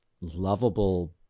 lovable